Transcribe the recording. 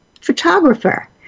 photographer